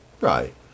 Right